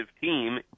team